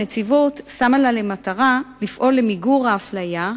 הנציבות שמה לה למטרה לפעול למיגור האפליה,